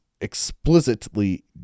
explicitly